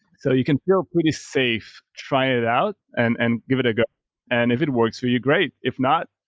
so you can feel pretty safe try it out and and give it a go. and if it works for you, great. if not,